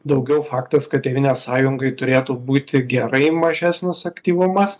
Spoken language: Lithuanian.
daugiau faktas kad tėvynės sąjungai turėtų būti gerai mažesnis aktyvumas